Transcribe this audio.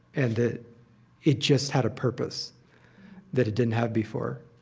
and it it just had a purpose that it didn't have before.